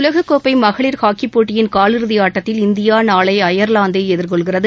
உலகக்கோப்பை மகளிர் ஹாக்கிப்போட்டியின் காலிறுதி ஆட்டத்தில் இந்தியா நாளை அயர்லாந்தை எதிர்கொள்கிறது